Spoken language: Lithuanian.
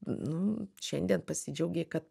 nu šiandien pasidžiaugei kad